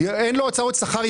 אין לו הוצאות שכר,